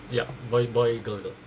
ya boy boy girl